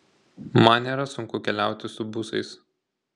man nėra sunku keliauti su busais